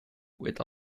with